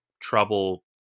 trouble